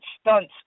stunts